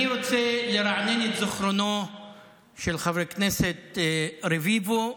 אני רוצה לרענן את זיכרונו של חבר הכנסת רביבו.